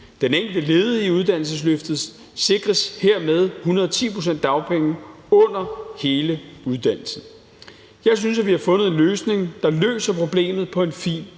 Den enkelte ledige i uddannelsesløftet sikres hermed 110 pct. dagpenge under hele uddannelsen. Jeg synes, at vi har fundet en løsning, der løser problemet på en fin og